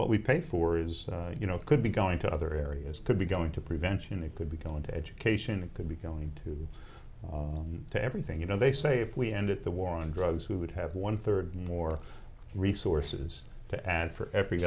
what we pay for is you know it could be going to other areas could be going to prevention it could be going to education it could be going to the everything you know they say if we ended the war on drugs who would have one third more resources to add for every